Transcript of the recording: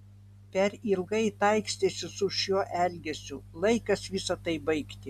per ilgai taikstėsi su šiuo elgesiu laikas visa tai baigti